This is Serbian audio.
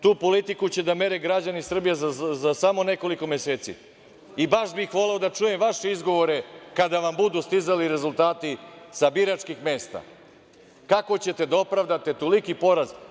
Tu politiku će da mere građani Srbije za samo nekoliko meseci i baš bih voleo da čujem vaše izgovore kada vam budu stizali rezultati sa biračkih mesta, kako ćete da opravdate toliki poraz.